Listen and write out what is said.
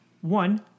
one